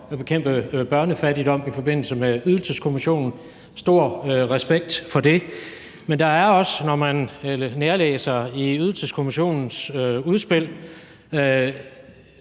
at bekæmpe børnefattigdom i forbindelse med Ydelseskommissionen, og stor respekt for det. Men der er, når man nærlæser i Ydelseskommissionens udspil,